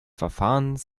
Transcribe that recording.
verfahrens